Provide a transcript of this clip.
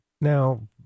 Now